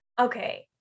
Okay